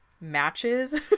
matches